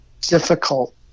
difficult